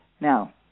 Now